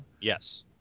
Yes